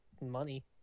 money